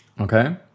Okay